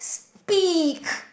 speak